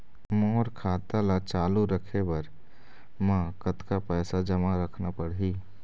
मोर खाता ला चालू रखे बर म कतका पैसा जमा रखना पड़ही?